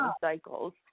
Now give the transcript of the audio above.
cycles